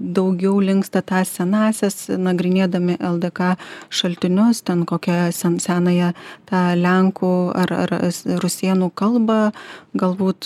daugiau linksta tas senąsias nagrinėdami ldk šaltinius ten kokią sen senąją tą lenkų ar ar rusėnų kalbą galbūt